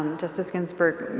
justice ginsburg,